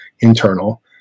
internal